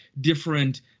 different